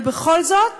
ובכל זאת